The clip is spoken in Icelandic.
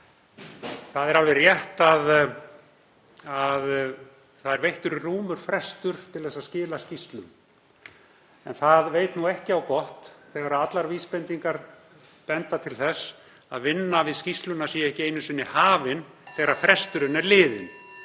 Það er alveg rétt að veittur er rúmur frestur til að skila skýrslum. En það veit ekki á gott þegar allar vísbendingar benda til þess að vinna við skýrsluna sé ekki einu sinni hafin þegar fresturinn er liðinn.